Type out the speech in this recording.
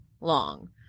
long